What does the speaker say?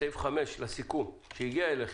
בסעיף 5 לסיכום שהגיע אליכם,